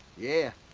yeah,